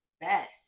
best